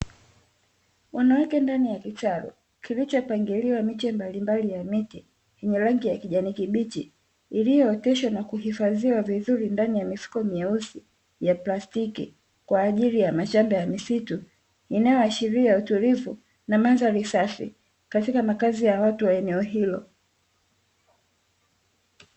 Wanawake ndani ya kitalu kilichopangiliwa miche mbalimbali ya miti yenye rangi ya kijani kibichi, iliyooteshwa na kuhifadhiwa vizuri ndani ya mifuko myeusi ya plastiki kwa ajili ya mashamba ya misitu, inayoashiria utulivu na mandhari safi katika makazi ya watu wa eneo hilo.